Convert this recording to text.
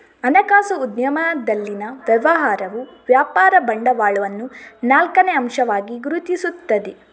ಹಣಕಾಸು ಉದ್ಯಮದಲ್ಲಿನ ವ್ಯವಹಾರವು ವ್ಯಾಪಾರ ಬಂಡವಾಳವನ್ನು ನಾಲ್ಕನೇ ಅಂಶವಾಗಿ ಗುರುತಿಸುತ್ತದೆ